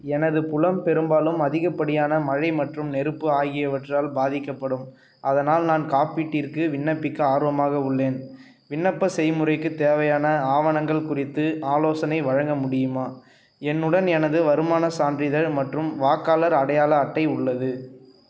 எனது புலம் பெரும்பாலும் அதிகப்படியான மழை மற்றும் நெருப்பு ஆகியவற்றால் பாதிக்கப்படும் அதனால் நான் காப்பீட்டிற்கு விண்ணப்பிக்க ஆர்வமாக உள்ளேன் விண்ணப்ப செய்முறைக்கு தேவையான ஆவணங்கள் குறித்து ஆலோசனை வழங்க முடியுமா என்னுடன் எனது வருமான சான்றிதழ் மற்றும் வாக்காளர் அடையாள அட்டை உள்ளது